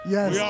Yes